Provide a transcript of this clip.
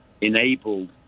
enabled